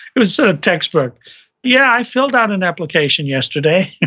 it was sort of textbook yeah, i filled out an application yesterday.